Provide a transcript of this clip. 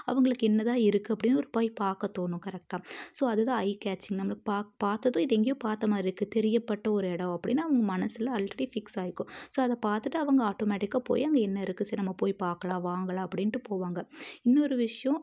அவங்களுக்கு என்ன தான் இருக்குது அப்படினு ஒரு போய் பார்க்க தோணும் கரெக்டாக ஸோ அது தான் ஐ கேச்சிங் நம்மளுக்கு பா பார்த்ததும் இது எங்கேயோ பார்த்த மாதிரி இருக்குது தெரியப்பட்ட ஒரு எடம் அப்படினு அவங்க மனதுல ஆல்ரெடி ஃபிக்ஸ் ஆயிருக்கும் ஸோ அதை பார்த்துட்டு அவங்க ஆட்டோமேட்டிக்காக போய் அங்கே என்ன இருக்குது சரி நம்மபோய் பார்க்கலாம் வாங்கலாம் அப்படின்டு போவாங்க இன்னொரு விஷயோம்